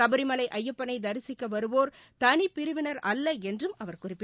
சபரிமலை ஐயப்பனை திசிக்க வருவோர் தனிப்பிரிவின் அல்ல என்றும் அவர் குறிப்பிட்டா்